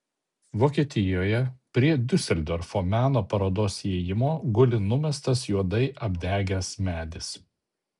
vokietijoje prie diuseldorfo meno parodos įėjimo guli numestas juodai apdegęs medis